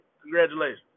Congratulations